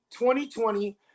2020